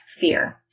fear